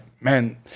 man